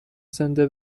زنده